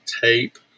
tape